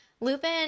Lupin